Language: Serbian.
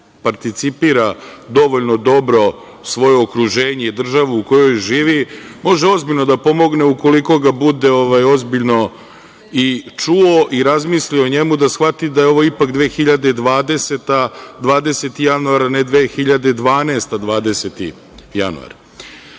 neparticipira dovoljno dobro svoje okruženje i državu u kojoj živi može ozbiljno da pomogne ukoliko ga bude ozbiljno i čuo i razmislio o njemu da shvati da je ovo ipak 2020. godina 20. januar